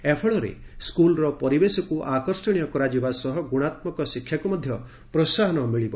ଏହାଫଳରେ ସ୍କୁଲ୍ର ପରିବେଶକୁ ଆକର୍ଷଶୀୟ କରାଯିବା ସହ ଗୁଶାତ୍କକ ଶିକ୍ଷାକୁ ମଧ ପ୍ରୋସାହନ ମିଳିବ